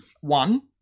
One